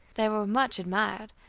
they were much admired,